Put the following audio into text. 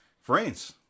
friends